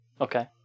okay